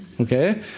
Okay